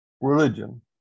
religion